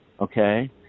Okay